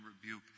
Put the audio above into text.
rebuke